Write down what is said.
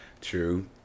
True